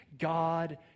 God